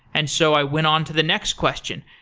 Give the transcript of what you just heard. and so i went on to the next question,